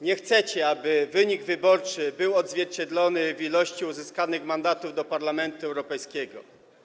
Nie chcecie, aby wynik wyborczy odzwierciedlała liczba uzyskanych mandatów do Parlamentu Europejskiego.